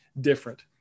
different